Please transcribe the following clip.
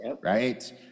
right